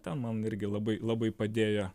ten man irgi labai labai padėjo